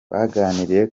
baganiriye